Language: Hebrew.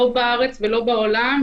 לא בארץ ולא בעולם,